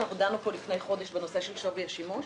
מה שדנו פה לפני חודש בנושא של שווי השימוש,